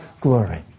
glory